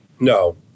No